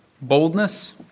boldness